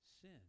sin